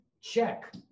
check